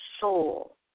soul